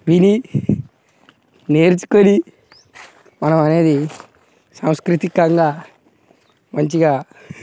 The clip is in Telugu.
విని నేర్చుకుని మనం అనేది సంస్కృతికంగా మంచిగా